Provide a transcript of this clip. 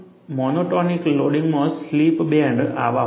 monotonic લોડિંગમાં slip bands આવા હોય છે